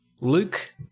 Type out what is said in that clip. Luke